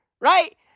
Right